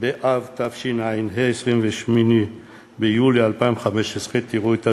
באב התשע"ה, 28 ביולי 2015, תראו את הזריזות,